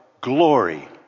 glory